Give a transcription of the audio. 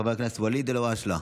חבר הכנסת ואליד אלהואשלה,